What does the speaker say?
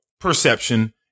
perception